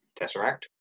Tesseract